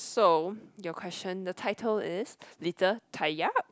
so your question the title is little